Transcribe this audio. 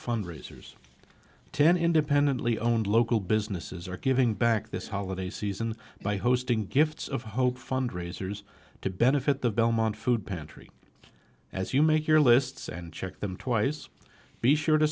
fundraisers ten independently owned local businesses are giving back this holiday season by hosting gifts of hope fund raisers to benefit the belmont food pantry as you make your lists and check them twice be sure to